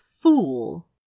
fool